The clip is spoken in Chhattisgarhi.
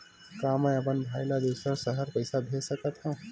का मैं अपन भाई ल दुसर शहर पईसा भेज सकथव?